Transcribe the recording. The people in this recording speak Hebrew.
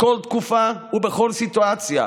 בכל תקופה ובכל סיטואציה.